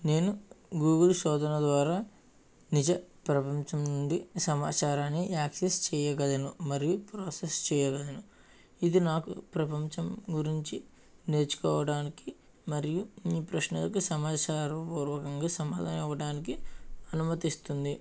నేను గూగుల్ శోధన ద్వారా నిజ ప్రపంచం నుండి సమాచారాన్ని యాక్సిస్ చేయగలను మరియు ప్రాసెస్ చేయగలను ఇది నాకు ప్రపంచం గురించి నేర్చుకోవడానికి మరియు ఇన్ని ప్రశ్నలకు సమాచార పూర్వకంగా సమాధానం ఇవ్వడానికి అనుమతిస్తుంది